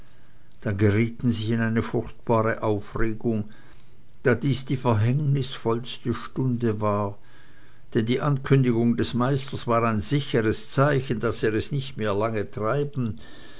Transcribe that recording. dann gerieten sie in eine furchtbare aufregung da dies die verhängnisvollste stunde war denn die ankündigung des meisters war ein sicheres zeichen daß er es nicht lange mehr treiben